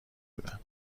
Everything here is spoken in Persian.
بودم